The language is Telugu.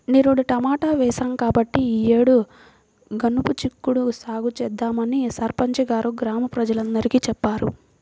నిరుడు టమాటా వేశాం కాబట్టి ఈ యేడు గనుపు చిక్కుడు సాగు చేద్దామని సర్పంచి గారు గ్రామ ప్రజలందరికీ చెప్పారు